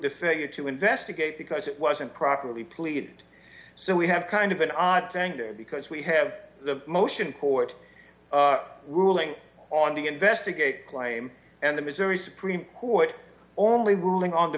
the failure to investigate because it wasn't properly plead so we have kind of an odd thing because we have the motion court ruling on the investigate claim and the missouri supreme court only ruling on the